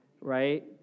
right